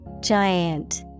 Giant